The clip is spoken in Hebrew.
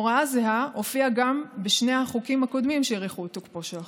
הוראה זהה הופיעה גם בשני החוקים הקודמים שהאריכו את תוקפו של החוק.